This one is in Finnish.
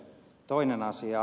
toinen asia